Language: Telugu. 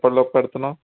ఎప్పటిలోపు పెడుతున్నావు